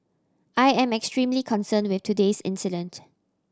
I am extremely concerned with today's incident